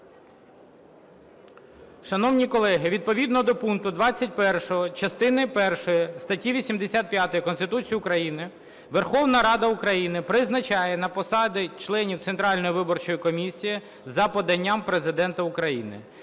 Шановні колеги, відповідно до пункту 21 частини першої статті 85 Конституції України Верховна Рада України призначає на посади членів Центральної виборчої комісії за поданням Президента України.